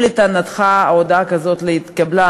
אם לטענתך הודעה כזאת לא התקבלה,